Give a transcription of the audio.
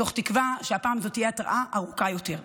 מתוך תקווה שהפעם זאת תהיה התראה ארוכה יותר.